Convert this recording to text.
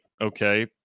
Okay